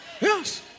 Yes